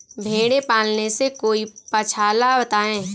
भेड़े पालने से कोई पक्षाला बताएं?